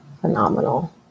Phenomenal